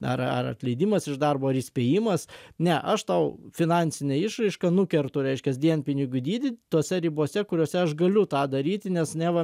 ar ar atleidimas iš darbo ar įspėjimas ne aš tau finansine išraiška nukertu reiškias dienpinigių dydį tose ribose kuriose aš galiu tą daryti nes neva